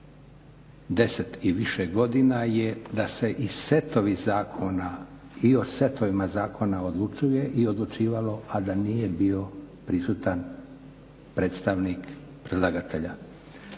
10 i više godina je da se i setovi zakona i o setovima zakona odlučuje i odlučivalo a da nije bio prisutan predstavnik predlagatelja.